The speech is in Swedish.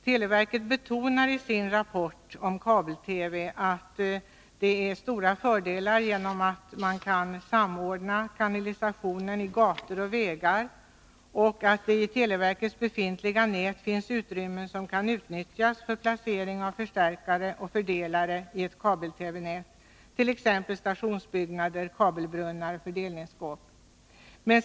Televerket betonar i sin rapport om kabel-TV de fördelar verket har genom kanalisationen i gator och vägar samt genom att det i televerkets befintliga nät finns utrymmen som kan utnyttjas för placering av förstärkare och fördelare i ett kabel-TV-nät, t.ex. i stationsbyggnader, kabelbrunnar och fördelningsskåp.